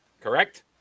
correct